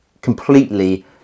completely